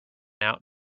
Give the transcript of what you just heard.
out